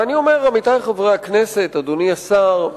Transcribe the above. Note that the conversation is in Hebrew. ואני אומר, עמיתי חברי הכנסת, אדוני השר: